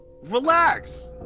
Relax